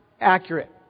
accurate